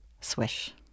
swish